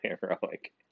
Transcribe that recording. heroic